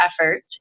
effort